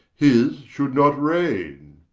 his should not reigne.